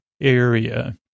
area